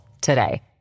today